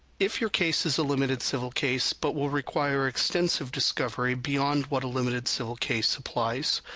if your case is a limited civil case but will require extensive discovery beyond what a limited civil case applies,